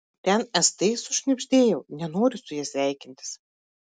ten st sušnibždėjau nenoriu su ja sveikintis